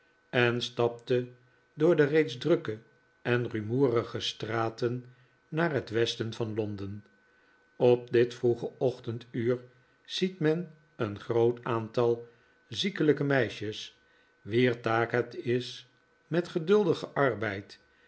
en stapte door de reeds drukke en rumoerige straten naar het westen van londen op dit vroege ochtenduur ziet men een groot aantal ziekelijke meisjes wier taak het is met geduldigen arbeid